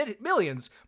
millions